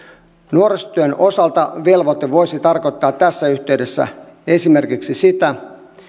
nuorisotyön osalta velvoite voisi tarkoittaa tässä yhteydessä esimerkiksi sitä